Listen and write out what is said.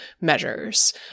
measures